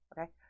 okay